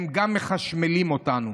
הם גם מחשמלים אותנו.